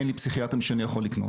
אין לי פסיכיאטרים שאני יכול לקנות.